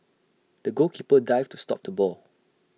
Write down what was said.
the goalkeeper dived to stop the ball